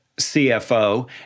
CFO